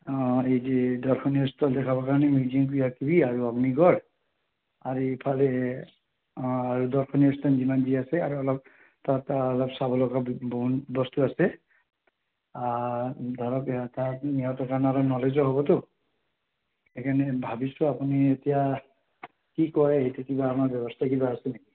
অঁ এই যে দৰ্শনীয় স্থান দেখাবৰ কাৰণে মিউজিয়াম কিবা কিবি আৰু অগ্নিগড় আৰু ইফালে অঁ আৰু দৰ্শনীয় স্থান যিমান যি আছে আৰু অলপ তাৰপৰা অলপ চাব লগা বস্তু আছে ধৰক সিহঁতক সিহঁতৰ কাৰণে অলপ ন'লেজো হ'বতো সেইকাৰণে ভাবিছোঁ আপুনি এতিয়া কি কয় সেইটোৰ কিবা আমাৰ ব্যৱস্থা কিবা আছে নেকি